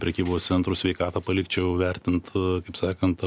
prekybos centrų sveikatą palikčiau vertint kaip sakant